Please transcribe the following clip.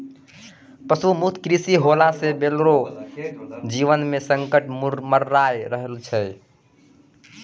पशु मुक्त कृषि होला से बैलो रो जीवन मे संकट मड़राय रहलो छै